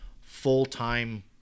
full-time